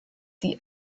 die